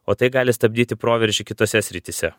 o tai gali stabdyti proveržį kitose srityse